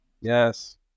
yes